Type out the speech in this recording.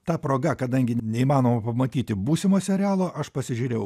ta proga kadangi neįmanoma pamatyti būsimo serialo aš pasižiūrėjau